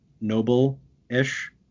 noble-ish